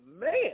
man